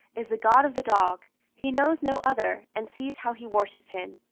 is the god of the dog he knows no other and see how he worships him!